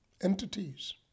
entities